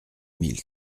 mille